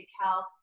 Health